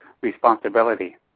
responsibility